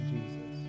Jesus